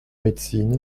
médecine